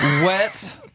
Wet